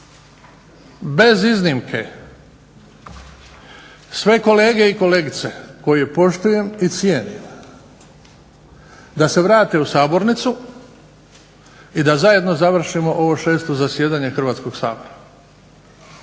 bez iznimke, sve kolege i kolegice koje poštujem i cijenim da se vrate u sabornicu i da zajedno završimo ovo 6. zasjedanje Hrvatskog sabora.